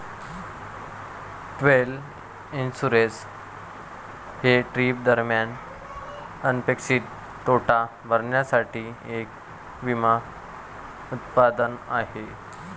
travel insurance हे trip दरम्यान अनपेक्षित तोटा भरण्यासाठी एक विमा उत्पादन आहे